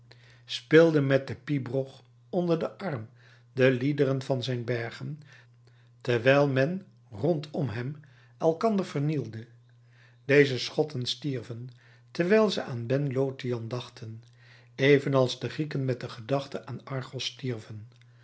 speelde met de pibroch onder den arm de liederen van zijn bergen terwijl men rondom hem elkander vernielde deze schotten stierven terwijl ze aan ben lothian dachten evenals de grieken met de gedachte aan argos stierven